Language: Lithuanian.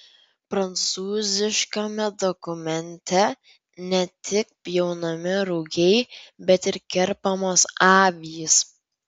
prancūziškame dokumente ne tik pjaunami rugiai bet ir kerpamos avys